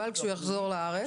אבל כשהוא יחזור לארץ?